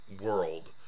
world